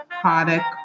product